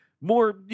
more